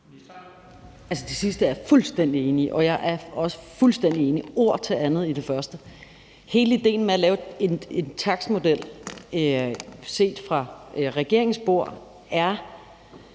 Det sidste er jeg fuldstændig enig i, og jeg er også fuldstændig enig, ord til andet, i det første. Hele idéen med at lave en takstmodel er set fra regeringens bord,